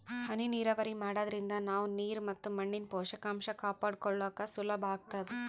ಹನಿ ನೀರಾವರಿ ಮಾಡಾದ್ರಿಂದ ನಾವ್ ನೀರ್ ಮತ್ ಮಣ್ಣಿನ್ ಪೋಷಕಾಂಷ ಕಾಪಾಡ್ಕೋಳಕ್ ಸುಲಭ್ ಆಗ್ತದಾ